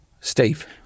Steve